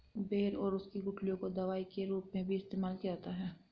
बेर और उसकी गुठलियों का दवाई के रूप में भी इस्तेमाल किया जाता है